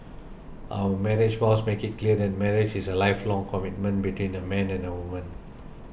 our marriage vows make it clear that marriage is a lifelong commitment between a man and a woman